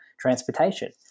transportation